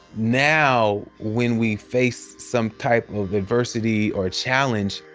now, when we face some type of adversity or challenge,